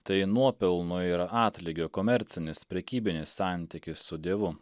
tai nuopelno ir atlygio komercinis prekybinis santykis su dievu